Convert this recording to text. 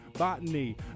botany